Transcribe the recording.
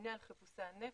ממונה על חיפושי הנפט,